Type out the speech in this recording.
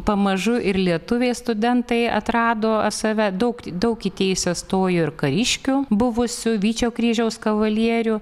pamažu ir lietuviai studentai atrado save daug daug į teisę stojo ir kariškių buvusių vyčio kryžiaus kavalierių